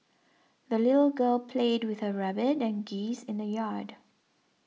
the little girl played with her rabbit and geese in the yard